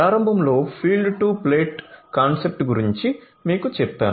ప్రారంభంలో field to plate concept గురించి మీకు చెప్పాను